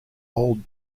old